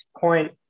point